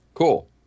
Cool